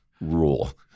rule